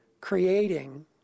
creating